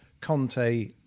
Conte